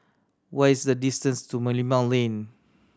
what is the distance to Merlimau Lane